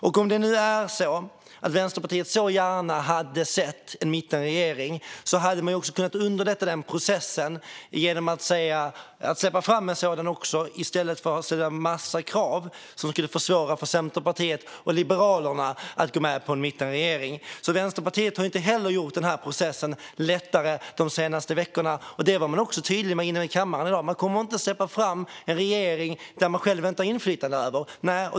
Om det nu är så att Vänsterpartiet så gärna hade sett en mittenregering hade man kunnat underlätta denna process genom att släppa fram en sådan i stället för att ställa en massa krav som skulle försvåra för Centerpartiet och Liberalerna att gå med på en mittenregering. Vänsterpartiet har alltså inte heller gjort processen lättare under de senaste veckorna. Man var också tydlig i kammaren i dag med att man inte kommer att släppa fram en regering som man själv inte har inflytande över.